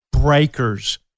breakers